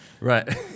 Right